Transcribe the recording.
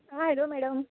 हां hello madam